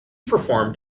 performed